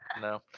no